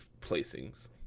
placings